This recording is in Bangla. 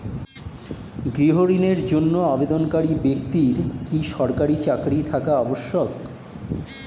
গৃহ ঋণের জন্য আবেদনকারী ব্যক্তি কি সরকারি চাকরি থাকা আবশ্যক?